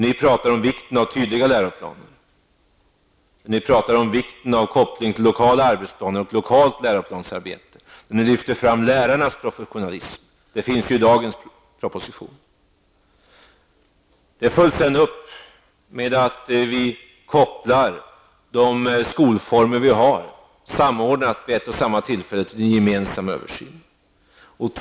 Ni talar om vikten av tydliga läroplaner och vikten av en koppling till lokala arbetsplaner och lokalt läroplansarbete. Ni lyfter fram lärarnas professionalism. Detta ingår i dagens proposition. Det här följs sedan upp genom att vi vid ett och samma tillfälle skall göra en gemensam översyn av skolformerna.